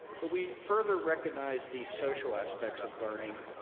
but we further recognize the social aspects of learning,